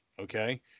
okay